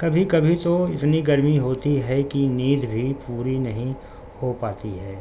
کبھی کبھی تو اتنی گرمی ہوتی ہے کہ نیند بھی پوری نہیں ہو پاتی ہے